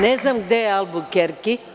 Ne znam gde je Albukerki.